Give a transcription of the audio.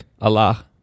Allah